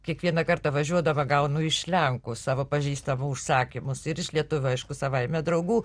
kiekvieną kartą važiuodama gaunu iš lenkų savo pažįstamų užsakymus ir iš lietuvių aišku savaime draugų